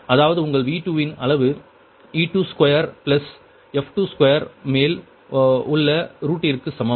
அதாவது உங்கள் V2 இன் அளவு e2 square plus f2 square மேல் உள்ள ரூட்டிற்குச் சமம்